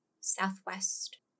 southwest